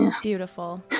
Beautiful